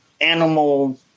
animal